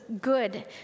good